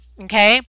Okay